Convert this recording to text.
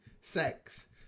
sex